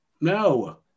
No